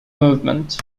movement